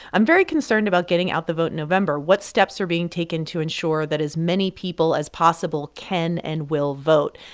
i'm very concerned about getting out the vote in november. what steps are being taken to ensure that as many people as possible can and will vote?